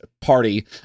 party